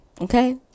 Okay